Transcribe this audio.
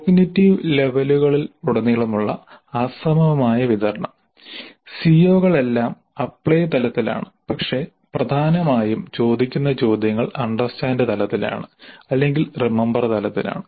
cognitive ലെവലുകളിലുടനീളമുള്ള അസമമായ വിതരണം സിഒകൾ എല്ലാം അപ്ലൈ തലത്തിലാണ് പക്ഷേ പ്രധാനമായും ചോദിക്കുന്ന ചോദ്യങ്ങൾ അണ്ടർസ്റ്റാൻഡ് തലത്തിലാണ് അല്ലെങ്കിൽ റിമമ്പർ തലത്തിലാണ്